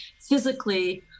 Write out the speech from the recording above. physically